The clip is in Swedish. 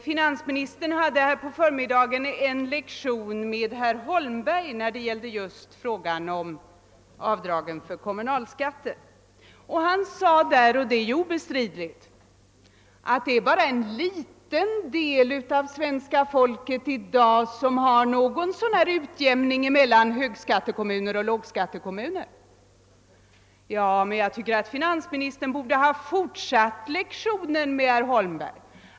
Finansministern gav på förmiddagen herr Holmberg en lektion i frågan om avdrag för kommunalskatten och sade att det obestridligen bara är en liten del av svenska folket som i dag får känna av någon utjämning mellan högskattekommuner och lågskattekommuner. Jag tycker att finansministern borde ha fortsatt lektionen med herr Holmberg.